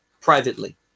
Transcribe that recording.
privately